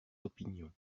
opinions